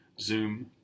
Zoom